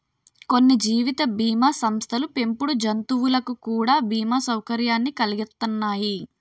కొన్ని జీవిత బీమా సంస్థలు పెంపుడు జంతువులకు కూడా బీమా సౌకర్యాన్ని కలిగిత్తన్నాయి